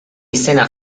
izena